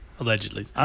Allegedly